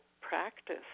practice